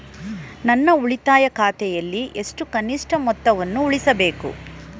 ನನ್ನ ಉಳಿತಾಯ ಖಾತೆಯಲ್ಲಿ ಎಷ್ಟು ಕನಿಷ್ಠ ಮೊತ್ತವನ್ನು ಉಳಿಸಬೇಕು?